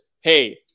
hey